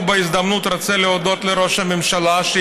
בהזדמנות זו אני רוצה להודות לראש הממשלה פה,